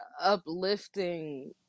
uplifting